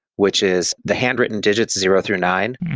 which is the handwritten digits zero through nine,